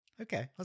Okay